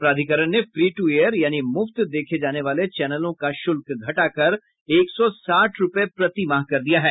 प्राधिकरण ने free to air यानी मुफ्त देखे जाने वाले चैनलों का शुल्क घटाकर एक सौ साठ रुपए प्रति माह कर दिया है